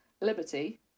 liberty